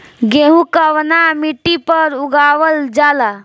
गेहूं कवना मिट्टी पर उगावल जाला?